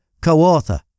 co-author